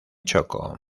chocó